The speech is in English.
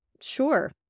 Sure